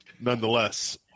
nonetheless